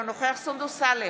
אינו נוכח סונדוס סאלח,